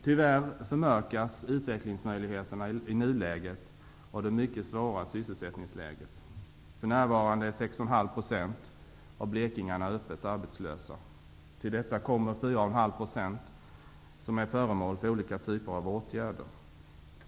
Tyvärr förmörkas utvecklingsmöjligheterna i nuläget av det mycket svåra sysselsättningsläget. För närvarande är 6,5 % av blekingarna öppet arbetslösa. Till detta kommer 4,5 % som är föremål för olika typer av åtgärder.